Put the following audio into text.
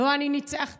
לא אני ניצחתי,